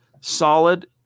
solid